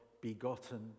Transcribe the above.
begotten